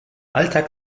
alltag